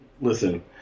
Listen